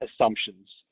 assumptions